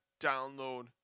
download